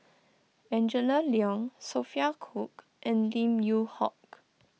Angela Liong Sophia Cooke and Lim Yew Hock